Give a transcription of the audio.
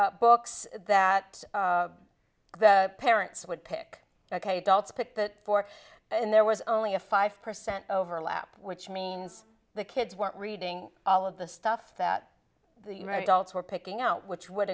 the books that the parents would pick ok adults pick the four and there was only a five percent overlap which means the kids weren't reading all of the stuff that the red dots were picking out which would